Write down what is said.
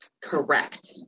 Correct